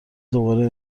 دوباره